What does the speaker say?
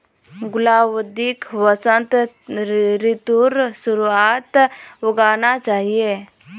गुलाउदीक वसंत ऋतुर शुरुआत्त उगाना चाहिऐ